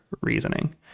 reasoning